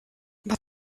but